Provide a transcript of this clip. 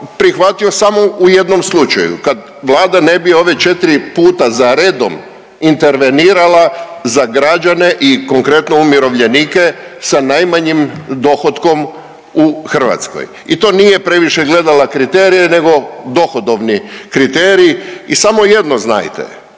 prihvatio samo u jednom slučaju, kad Vlada ne bi ove 4 puta zaredom intervenirala za građane i konkretno, umirovljenike sa najmanjim dohotkom u Hrvatskoj i to nije previše gledala kriterije nego dohodovni kriterij i samo jedno znajte,